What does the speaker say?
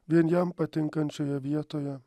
vien jam patinkančioje vietoje